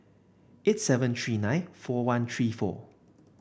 eight seven three nine four one three four